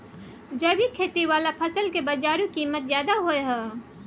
जैविक खेती वाला फसल के बाजारू कीमत ज्यादा होय हय